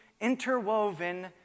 interwoven